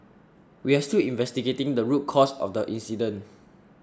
we are still investigating the root cause of the incident